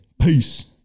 Peace